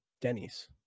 Denny's